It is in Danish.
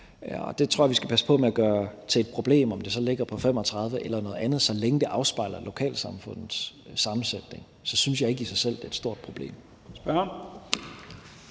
det tror jeg vi skal passe på med at gøre til et problem. Om det så ligger på 35 pct. eller noget andet, vil jeg sige, at så længe det afspejler lokalsamfundets sammensætning, synes jeg ikke, at det er et stort problem